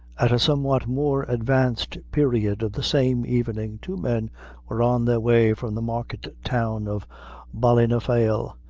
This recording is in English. at a somewhat more advanced period of the same evening, two men were on their way from the market-town of ballynafail,